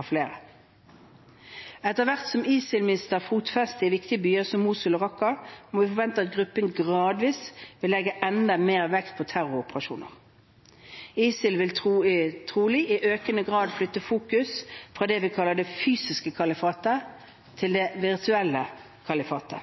av flere. Etter hvert som ISIL mister fotfeste i viktige byer som Mosul og Raqqa, må vi forvente at gruppen gradvis vil legge enda mer vekt på terroroperasjoner. ISIL vil trolig i økende grad flytte fokus fra det vi kan kalle det «fysiske kalifatet» til det «virtuelle kalifatet».